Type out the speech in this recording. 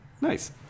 Nice